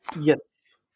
Yes